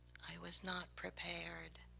i was not prepared,